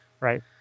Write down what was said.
right